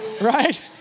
right